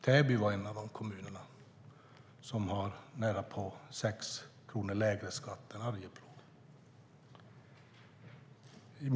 Täby, som har närapå 6 kronor lägre skatt än Arjeplog, var en av de kommunerna.